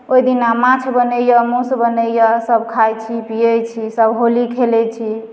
ओहि दिना माछ बनैए माँसु बनैए सभ खाइत छी पियैत छी सभ होली खेलैत छी